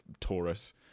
Taurus